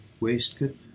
waistcoat